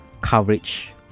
Coverage